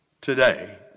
today